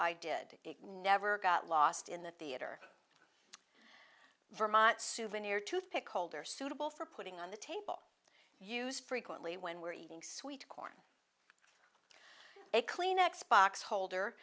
i did it never got lost in the theater vermont souvenir to pick holder suitable for putting on the table used frequently when we're eating sweet corn a kleenex box holder